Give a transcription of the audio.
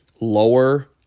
lower